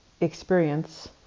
experience